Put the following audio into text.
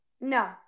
no